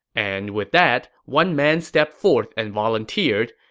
and with that, one man stepped forth and volunteered.